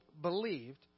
believed